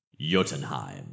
Jotunheim